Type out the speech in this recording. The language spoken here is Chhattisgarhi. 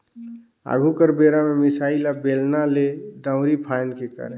आघु कर बेरा में मिसाई ल बेलना ले, दंउरी फांएद के करे